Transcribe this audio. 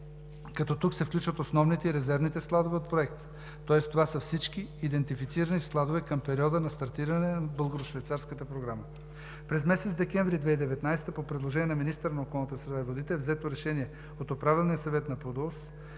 като тук се включват основните и резервните складове от Проекта, тоест това са всички идентифицирани складове към периода на стартиране на Българо-швейцарската програма. През месец декември 2019 г. по предложение на министъра на околната среда и водите е взето решение от Управителния съвет на ПУДООС